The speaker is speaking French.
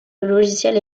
logiciel